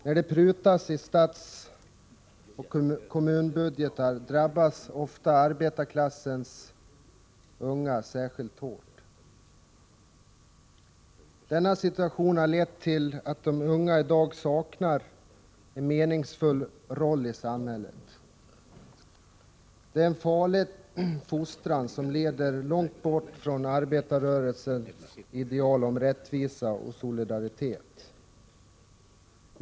När det prutas i statsoch kommunbudget drabbas ofta arbetarklassens unga särskilt hårt. Denna situation har lett till att de unga i dag saknar en meningsfull roll i samhället. Detta är en farlig fostran, som leder långt bort från arbetarrörelsens ideal om rättvisa och solidaritet.